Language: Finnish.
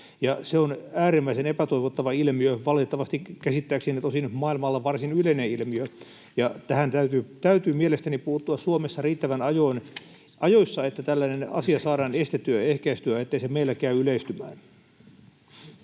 se on äärimmäisen epätoivottava ilmiö, valitettavasti käsittääkseni tosin maailmalla varsin yleinen ilmiö. Tähän täytyy mielestäni puuttua Suomessa riittävän ajoissa, että tällainen asia saadaan estettyä ja ehkäistyä, ettei se meillä käy yleistymään.